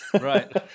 Right